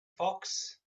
fox